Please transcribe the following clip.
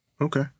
Okay